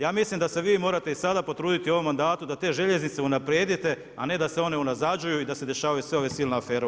Ja mislim da se vi morate i sada potruditi o ovom mandatu, da te željeznice unaprijedite a ne da se one unazađuju i da se dešavaju sve ove silne afere u HŽ-u.